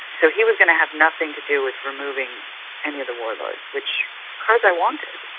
so he was going to have nothing to do with removing any of the warlords, which karzai wanted.